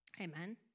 Amen